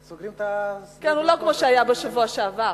סוגרים שדות תעופה, לא כמו שהיה בשבוע שעבר.